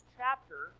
chapter